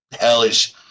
hellish